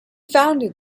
founded